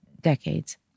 decades